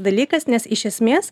dalykas nes iš esmės